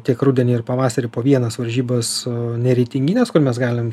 tiek rudenį ir pavasarį po vienas varžybas nereitingines kur mes galim